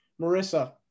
Marissa